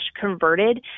converted